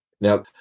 Now